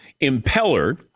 Impeller